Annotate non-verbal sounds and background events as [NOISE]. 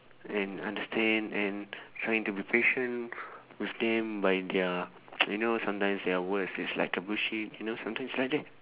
and understand and trying to be patient with them by their [NOISE] you know sometimes their words it's like you know sometimes it's like that